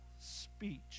speech